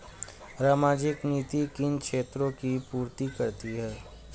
सामाजिक नीति किन क्षेत्रों की पूर्ति करती है?